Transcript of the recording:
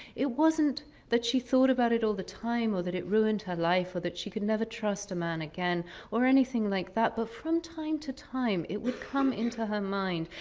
it wasn't that she thought about it all the time or that it ruined her life or that she could never trust a man again or anything like that. but from time to time it would come into her mind,